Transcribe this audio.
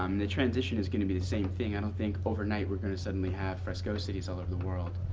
um the transition is going to be the same thing. i don't think overnight we're going to suddenly have fresco cities all over the world.